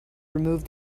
removed